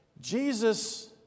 Jesus